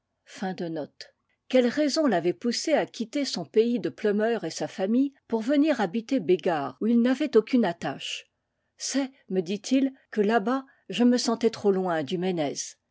quelle raison l'avait poussé à quitter son pays de pleumeur et sa famille pour venir habiter bégard où il n'avait aucune attache c'est me dit-il que là-bas je me sentais trop loin du